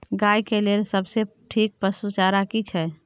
गाय के लेल सबसे ठीक पसु चारा की छै?